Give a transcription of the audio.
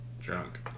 drunk